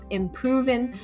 improving